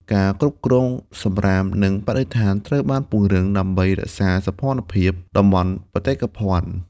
ការគ្រប់គ្រងសំរាម និងបរិស្ថានត្រូវបានពង្រឹងដើម្បីរក្សាសោភ័ណភាពតំបន់បេតិកភណ្ឌ។